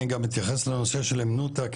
אני גם אתייחס לנושא של הימנותא,